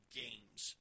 games